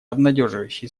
обнадеживающие